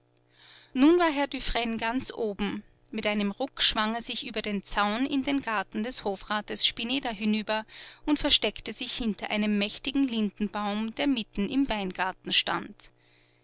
nun war herr dufresne ganz oben mit einem ruck schwang er sich über den zaun in den garten des hofrates spineder hinüber und versteckte sich hinter einem mächtigen lindenbaum der mitten im weingarten stand